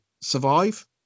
survive